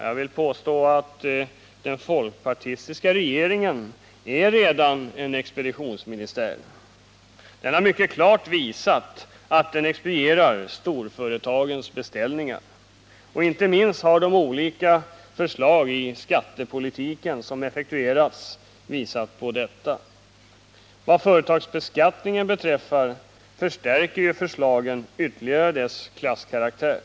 Jag vill påstå att den folkpartistiska regeringen redan är en expeditionsministär. Den har mycket klart visat att den expedierar storföretagens beställningar. Inte minst har de olika förslag som effektuerats på skattepolitikens område visat på detta. Vad företagsbeskattningen beträffar förstärker ju förslagen ytterligare dess klasskaraktär.